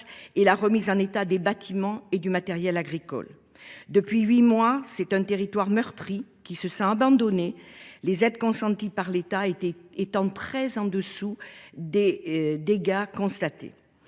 et la remise en état des bâtiments et du matériel agricole depuis 8 mois. C'est un territoire meurtri qui se sent abandonné les aides consenties par l'État été étant très en dessous des dégâts constatés.